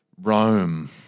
Rome